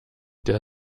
der